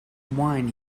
wine